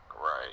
Right